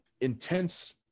intense